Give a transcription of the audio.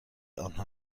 آنها